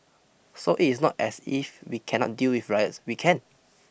so it is not as if we cannot deal with riots we can